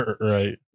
Right